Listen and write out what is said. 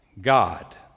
God